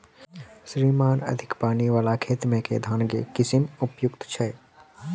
श्रीमान अधिक पानि वला खेत मे केँ धान केँ किसिम उपयुक्त छैय?